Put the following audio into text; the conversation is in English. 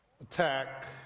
attack